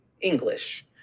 English